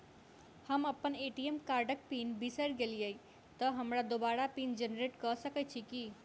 हम अप्पन ए.टी.एम कार्डक पिन बिसैर गेलियै तऽ हमरा दोबारा पिन जेनरेट कऽ सकैत छी की?